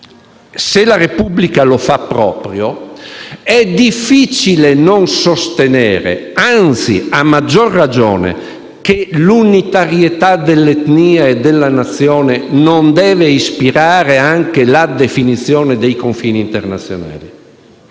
se la Repubblica lo fa proprio, è difficile non sostenere - anzi, a maggior ragione - che l'unitarietà dell'etnia e della nazione non deve ispirare anche la definizione dei confini internazionali.